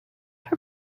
her